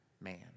man